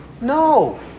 No